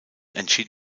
entschied